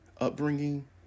Upbringing